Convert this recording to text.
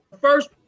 first